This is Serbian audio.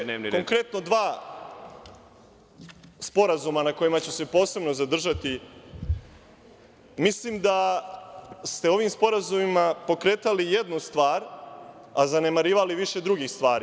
Što se tiče konkretno dva sporazuma na kojima ću se posebno zadržati, mislim da ste ovim sporazumima pokretali jednu stvar, a zanemarivali više drugih stvari.